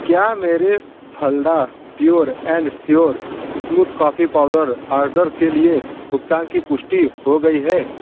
क्या मेरे फलडा pure and sure smooth coffee powder order के लिए भुगतान की पुष्टि हो गई है